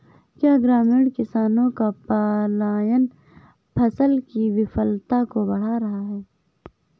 क्या ग्रामीण किसानों का पलायन फसल की विफलता को बढ़ा रहा है?